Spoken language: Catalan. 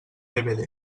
dvd